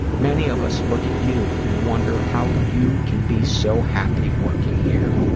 many of us look at you and wonder how you can be so happy working here.